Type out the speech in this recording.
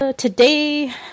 Today